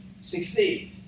succeed